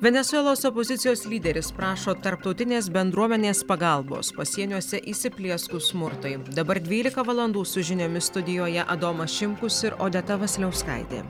venesuelos opozicijos lyderis prašo tarptautinės bendruomenės pagalbos pasieniuose įsiplieskus smurtui dabar dvylika valandų su žiniomis studijoje adomas šimkus ir odeta vasiliauskaitė